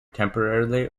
temporarily